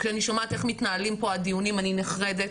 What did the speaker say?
כשאני שומעת איך מתנהלים פה הדיונים אני נחרדת,